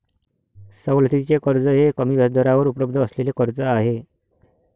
सवलतीचे कर्ज हे कमी व्याजदरावर उपलब्ध असलेले कर्ज आहे